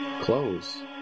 Close